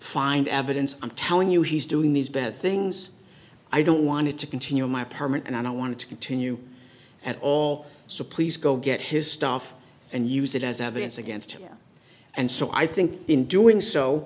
find evidence i'm telling you he's doing these bad things i don't want to continue my apartment and i don't want to continue at all so please go get his stuff and use it as evidence against him and so i think in doing so